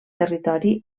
territori